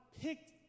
picked